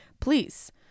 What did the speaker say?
Please